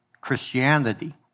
Christianity